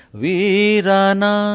virana